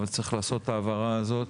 אבל צריך לעשות את ההבהרה הזאת